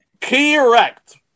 Correct